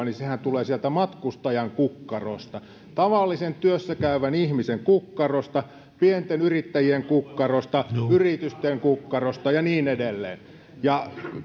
niin sehän tulee sieltä matkustajan kukkarosta tavallisen työssä käyvän ihmisen kukkarosta pienten yrittäjien kukkarosta yritysten kukkarosta ja niin edelleen